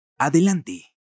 Adelante